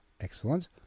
Excellent